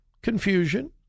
Confusion